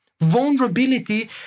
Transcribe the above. Vulnerability